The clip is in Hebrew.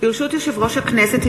ברשות יושב-ראש הכנסת,